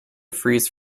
freeze